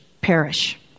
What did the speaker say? perish